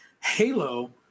Halo